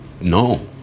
no